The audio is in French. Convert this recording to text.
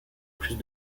plus